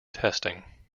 testing